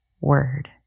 word